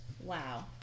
Wow